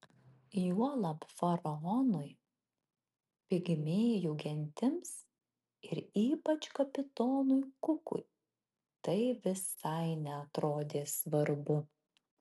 juolab faraonui pigmėjų gentims ir ypač kapitonui kukui tai visai neatrodė svarbu